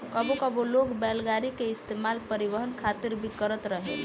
कबो कबो लोग बैलगाड़ी के इस्तेमाल परिवहन खातिर भी करत रहेले